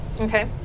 okay